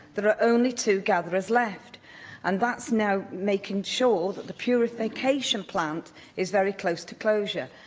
there are only two gatherers left and that's now making sure that the purification plant is very close to closure.